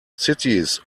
cities